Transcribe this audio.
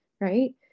right